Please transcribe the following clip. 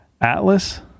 Atlas